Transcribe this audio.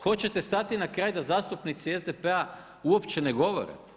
Hoćete stati na kraj da zastupnici iz SDP-a uopće ne govore?